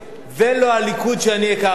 זה לא הליכוד שאני הכרתי.